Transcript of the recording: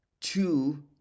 two